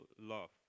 love